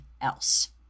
else